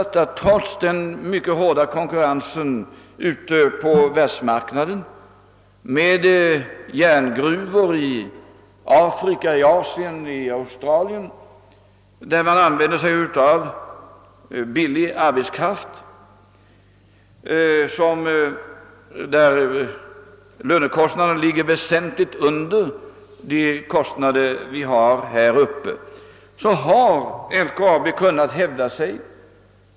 Trots den mycket hårda konkurrensen på världsmarknaden med järngruvor i Afrika, Asien och Australien, där man använder billig arbetskraft och där lönekostnaderna därför ligger väsentligt under våra lönekostnader, har LKAB kunnat hävda sig.